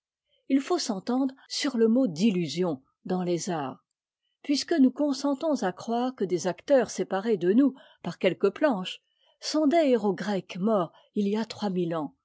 il faut s'entendre sur le mot d'illusion dans les arts puisque nous consentons à croire que des acteurs séparés de nous par quelques planches sont des héros grecs morts il y a trois mille ans